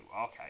Okay